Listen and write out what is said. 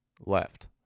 left